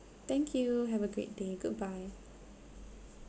thank you have a great day goodbye